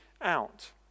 out